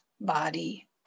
body